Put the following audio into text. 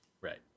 Right